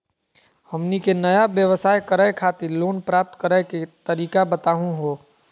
हमनी के नया व्यवसाय करै खातिर लोन प्राप्त करै के तरीका बताहु हो?